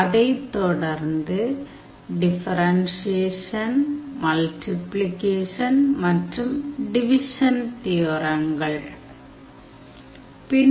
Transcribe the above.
அதைத் தொடர்ந்து differentiation multiplication மற்றும் டிவிஷன் தியோரங்கள் Differentiation Multiplication and Division theorems